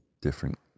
different